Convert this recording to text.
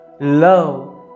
Love